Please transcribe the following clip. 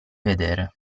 vedere